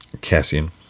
cassian